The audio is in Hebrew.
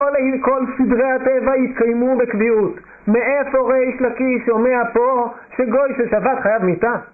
כל סדרי הטבע יתקיימו בקביעות מאיפה ריש לקיש שומע פה שגוי של שבת חייב מיתה?